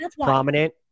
prominent